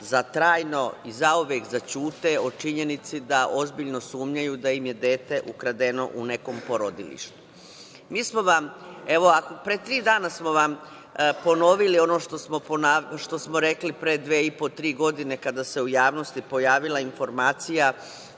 da trajno i zauvek zaćute o činjenici da ozbiljno sumnjaju da im je dete ukradeno u nekom porodilištu. Mi smo vam pre tri dana ponovili ono što smo rekli pre dve i po, tri godine kada se u javnosti pojavila informacija